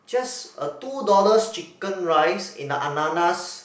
just a two dollars chicken rice in the Ananas